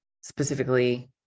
specifically